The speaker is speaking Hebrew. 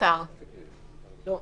(היו"ר איתן גינזבורג, 14:15) מנהל >> למה?